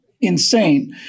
insane